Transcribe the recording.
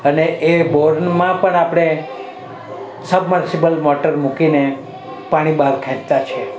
અને એ બોરમાં પણ આપણે સબમર્સિબલ મોટર મૂકીને પાણી બહાર ખેંચતા છીએ